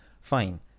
Fine